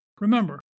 Remember